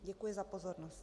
Děkuji za pozornost.